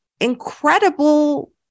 incredible